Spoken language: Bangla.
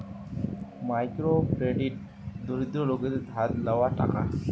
মাইক্রো ক্রেডিট দরিদ্র লোকদের ধার লেওয়া টাকা